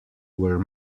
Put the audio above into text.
were